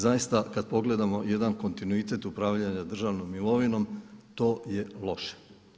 Zaista kad pogledamo jedan kontinuitet upravljanja državnom imovinom to je loše.